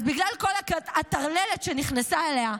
אז בגלל כל הטרללת שנכנסה אליה,